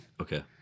Okay